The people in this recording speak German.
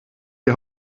die